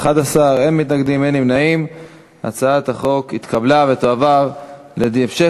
ההצעה להעביר את הצעת חוק לעידוד מקצוע ההוראה,